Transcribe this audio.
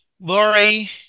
Lori